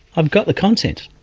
i've got the content.